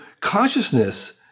consciousness